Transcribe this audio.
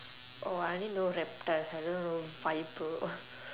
oh I only know reptiles I don't even know viper